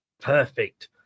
Perfect